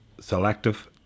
Selective